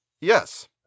Yes